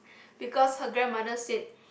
because her grandmother said